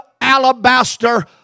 alabaster